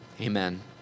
Amen